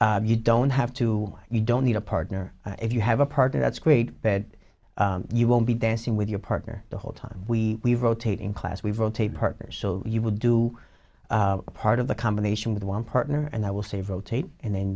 time you don't have to you don't need a partner if you have a partner that's great bed you won't be dancing with your partner the whole time we rotate in class we rotate partners so you would do a part of the combination with one partner and i will save rotate and then